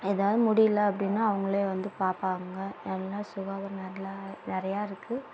ஏதாது முடியிலை அப்படின்னா அவங்களே வந்து பார்ப்பாங்க எதனா சுகாதாரம் நல்லா நிறையா இருக்குது